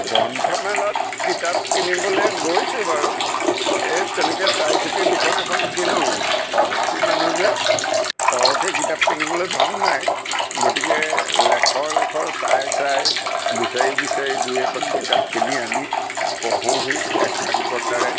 গ্ৰন্থমেলাত কিতাপ কিনিবলৈ গৈছোঁ বাৰু এই তেনেকৈ চাই চিতি দুখন এখন কিনোঁ অভাৱী মানুহ যে সৰহকৈ কিতাপ কিনিবলৈ ধন নাই গতিকে লেখৰ লেখৰ চাই চাই বিচাৰি বিচাৰি দুই এখন কিতাপ কিনি আনি পঢ়োঁহি একাগ্ৰতাৰে